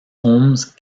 holmes